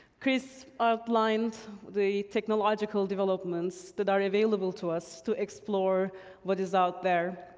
chris outlined the technological developments that are available to us to explore what is out there,